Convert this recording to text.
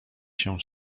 się